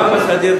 גם בסדיר,